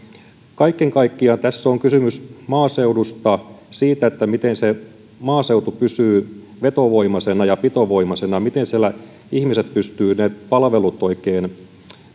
kaiken kaikkiaan tässä on kysymys maaseudusta siitä miten se maaseutu pysyy vetovoimaisena ja pitovoimaisena miten siellä ihmiset pystyvät ne palvelut oikein